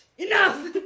enough